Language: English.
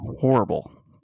horrible